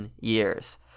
years